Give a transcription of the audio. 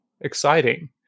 exciting